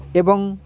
ଏବଂ